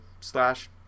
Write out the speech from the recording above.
slash